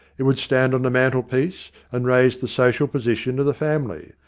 it would stand on the mantel-piece, and raise the social position of the family.